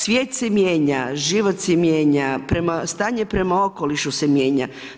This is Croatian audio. Svijet se mijenja, život se mijenja, stanje prema okolišu se mijenja.